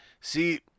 See